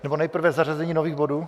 Nebo nejprve zařazení nových bodů?